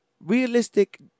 realistic